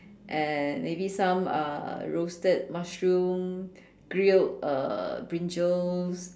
and maybe some uh roasted mushroom grilled uh brinjals